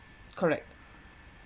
correct